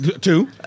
Two